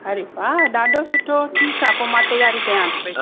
अरे वाह ॾाढो सुठो ठीकु आहे पोइ मां तयारी कयां थी पई